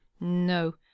No